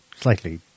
slightly